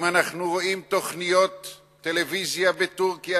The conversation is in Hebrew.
אם אנחנו רואים תוכניות טלוויזיה בטורקיה,